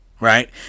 right